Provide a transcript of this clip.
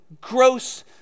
gross